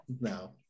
No